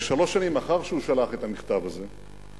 שלוש שנים לאחר שהוא שלח את המכתב הזה,